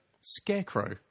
Scarecrow